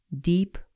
Deep